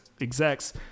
execs